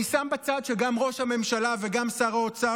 אני שם בצד את זה שגם ראש הממשלה וגם שר האוצר